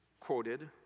quoted